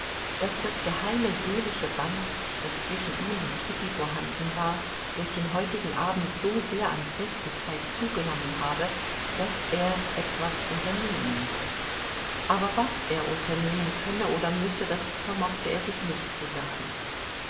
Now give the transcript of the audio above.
daß das geheime seelische band das zwischen ihm und kitty vorhanden war durch den heutigen abend so sehr an festigkeit zugenommen habe daß er etwas unternehmen müsse aber was er unternehmen könne oder müsse das vermochte er sich nicht zu sagen